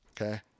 okay